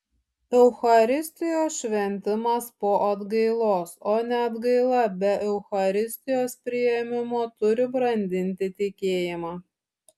eucharistijos šventimas po atgailos o ne atgaila be eucharistijos priėmimo turi brandinti tikėjimą